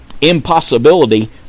impossibility